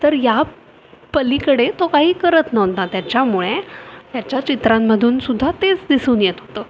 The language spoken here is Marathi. तर ह्या पलीकडे तो काही करत नव्हता त्याच्यामुळे याच्या चित्रांमधून सुद्धा तेच दिसून येत होतं